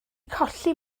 colli